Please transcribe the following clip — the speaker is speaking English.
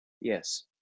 Yes